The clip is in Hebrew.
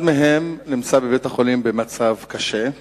אחד מהם נמצא בבית-החולים במצב קשה.